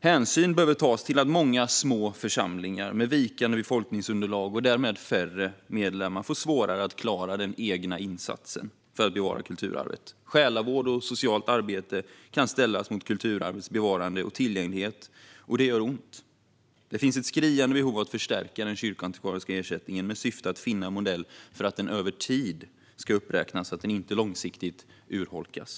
Hänsyn behöver tas till att många små församlingar med vikande befolkningsunderlag och därmed färre medlemmar får svårare att klara den egna insatsen för att bevara kulturarvet. Själavård och socialt arbete kan ställas mot kulturarvets bevarande och tillgänglighet, och det gör ont. Det finns ett skriande behov av att förstärka den kyrkoantikvariska ersättningen med syftet att finna en modell för att uppräkna den över tid så att den inte långsiktigt urholkas.